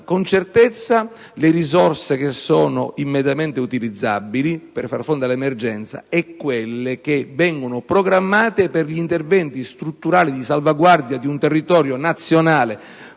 con certezza le risorse immediatamente utilizzabili per far fronte all'emergenza e quelle che vengono programmate per gli interventi strutturali di salvaguardia del territorio nazionale,